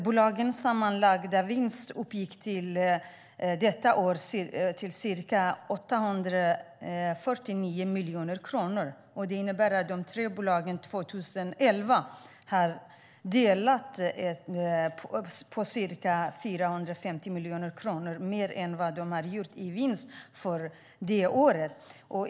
Bolagens sammanlagda vinst uppgick detta år till ca 849 miljoner kronor. Det innebär att de tre bolagen år 2011 har delat ut ca 450 miljoner kronor mer än vad de har gjort i vinst för det året.